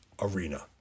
arena